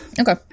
Okay